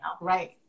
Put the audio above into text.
right